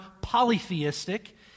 polytheistic